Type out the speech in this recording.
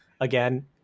again